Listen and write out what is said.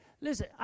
listen